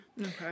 Okay